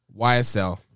YSL